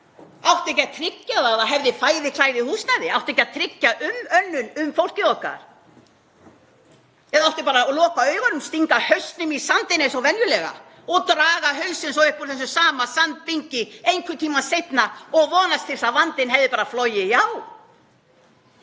Átti ekki að tryggja að það hefði fæði, klæði og húsnæði? Átti ekki að tryggja umönnun fólksins okkar eða átti bara að loka augunum, stinga hausnum í sandinn eins og venjulega og draga hausinn svo upp úr þessum sama sandbing einhvern tíma seinna og vonast til þess að vandinn hefði bara flogið hjá?